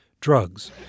drugs